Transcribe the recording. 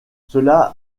cela